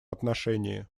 отношении